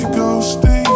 ghosting